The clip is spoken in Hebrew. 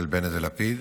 אצל בנט ולפיד,